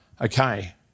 okay